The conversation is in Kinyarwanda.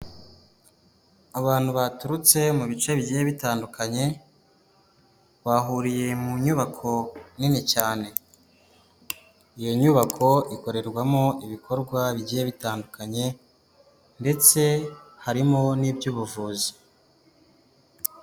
Abantu baturutse mu bice bigiye bitandukanye bahuriye mu nyubako nini cyane, iyo nyubako ikorerwamo ibikorwa bigiye bitandukanye ndetse harimo n'iby'ubuvuzi.